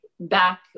Back